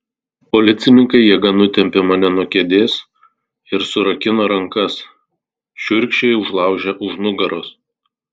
policininkai jėga nutempė mane nuo kėdės ir surakino rankas šiurkščiai užlaužę už nugaros